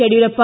Yediyurappa